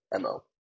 MO